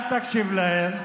מלכיאלי, אל תקשיב להם.